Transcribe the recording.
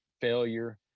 failure